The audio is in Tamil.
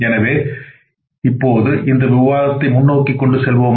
எனவே இப்போது இந்த விவாதத்தை முன்னோக்கி கொண்டு செல்வோமாக